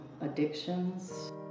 addictions